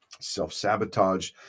Self-sabotage